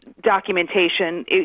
documentation